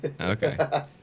okay